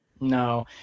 No